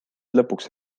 lõpuks